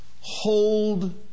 hold